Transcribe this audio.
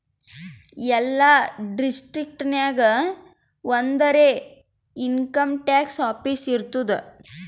ಎಲ್ಲಾ ಡಿಸ್ಟ್ರಿಕ್ಟ್ ನಾಗ್ ಒಂದರೆ ಇನ್ಕಮ್ ಟ್ಯಾಕ್ಸ್ ಆಫೀಸ್ ಇರ್ತುದ್